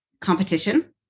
competition